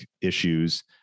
issues